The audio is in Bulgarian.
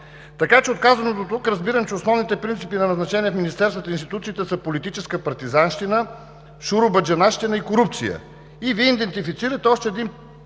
Така че от казаното до тук разбирам, че основните принципи на назначения в министерствата и институциите са политическа партизанщина, шуробаджанащина и корупция. И Вие идентифицирате още един